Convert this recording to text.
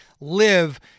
live